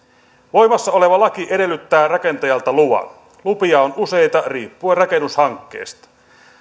voimassa oleva laki edellyttää rakentajalta luvan lupia on useita riippuen rakennushankkeesta